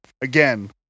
Again